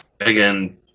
Again